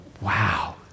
Wow